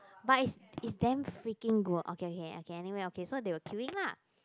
but is is damn freaking good okay okay okay anyway okay so they were queuing lah